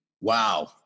wow